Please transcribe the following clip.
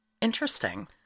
Interesting